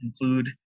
include